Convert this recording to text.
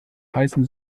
heißen